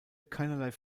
keinerlei